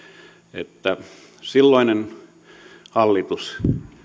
että silloinen hallitus